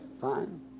Fine